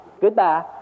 Goodbye